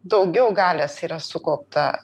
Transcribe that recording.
daugiau galios yra sukaupta